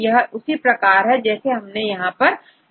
यह उसी प्रकार है जैसे हमने यहां पर derive की है